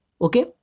okay